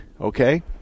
okay